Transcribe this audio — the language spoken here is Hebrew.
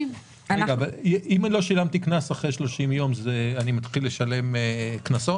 אם לא שילמתי קנס אחרי 30 ימים אני מתחיל לשלם הצמדות?